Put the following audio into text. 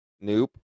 Nope